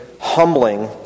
humbling